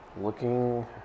looking